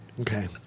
Okay